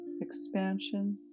expansion